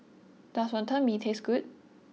does Wonton Mee taste good